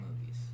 movies